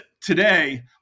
today